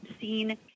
seen